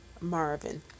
Marvin